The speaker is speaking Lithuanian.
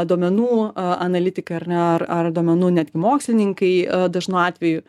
duomenų analitikai ar ne ar ar duomenų netgi mokslininkai dažnu atveju